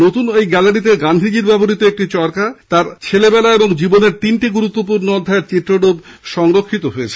নতুন এই গ্যালারিতে গান্ধীজীর ব্যবহৃত একটি চরকা তাঁর ছেলেবেলা ও জীবনের তিনটি গুরুত্বপূর্ণ অধ্যায়ের চিত্ররূপ সংরক্ষিত হয়েছে